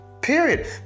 Period